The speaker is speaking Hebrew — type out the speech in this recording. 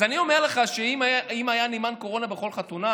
אז אני אומר לך שאם היה נאמן קורונה בכל חתונה,